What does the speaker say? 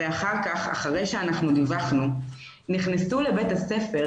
ואחר כך, אחרי שאנחנו דיווחנו, נכנסו לבית הספר